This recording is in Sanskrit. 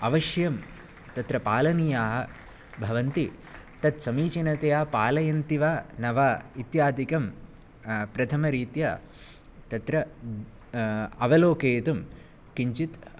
अवश्यं तत्र पालनीयाः भवन्ति तत् समीचीनतया पालयन्ति वा न वा इत्यादिकं प्रथमरीत्या तत्र अवलोकयितुं किञ्चित्